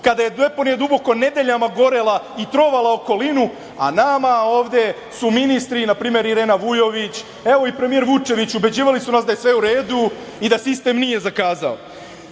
kada je deponija Duboko nedeljama gorela i trovala okolinu, a nas su ovde ministri, na primer Irena Vujović, evo, i premijer Vučević, ubeđivali da je sve u redu i da sistem nije zakazao. Da